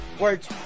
words